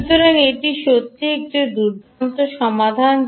সুতরাং এটি সত্যিই একটি দুর্দান্ত সমাধান